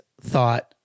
thought